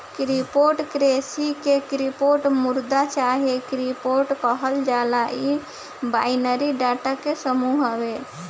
crypto currency के crypto मुद्रा चाहे क्रिप्टो कहल जाला इ बाइनरी डाटा के समूह हवे